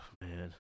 man